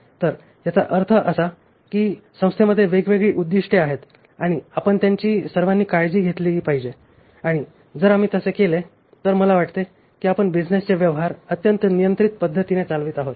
तर याचा अर्थ असा आहे की संस्थेमध्ये वेगवेगळी उद्दीष्टे आहेत आणि आपण त्यांची सर्वांनी काळजी घेतली पाहिजे आणि जर आम्ही असे केले तर मला वाटते की आपण बिझनेसचे व्यवहार अत्यंत नियंत्रित पद्धतीने चालवित आहोत